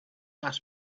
ask